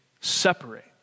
separate